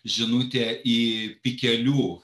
žinutę į pikelių